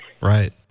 Right